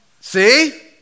See